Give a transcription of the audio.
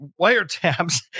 wiretaps